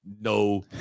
no